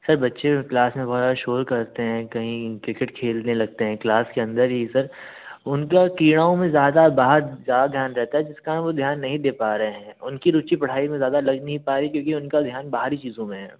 sir बच्चे class में बहुत ज़्यादा शोर करते हैं कहीं क्रिकेट खेलने लगते हैं क्लास के अंदर ही सर उनका क्रियाओं में ज़्यादा बाहर ज़्यादा ध्यान रहता है जिस कारण वो ध्यान नहीं दे पा रहें हैं उनकी रुचि पढ़ाई में ज़्यादा लग नहीं पा रही क्योंकि उनका ध्यान बाहरी चीज़ों में है